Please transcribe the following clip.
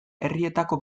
herrietako